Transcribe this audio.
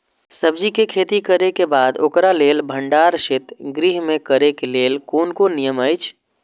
सब्जीके खेती करे के बाद ओकरा लेल भण्डार शित गृह में करे के लेल कोन कोन नियम अछि?